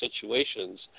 situations